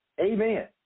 Amen